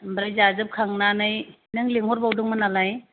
ओमफ्राय जाजोबखांनानै नों लिंहरबावदोंमोन नालाय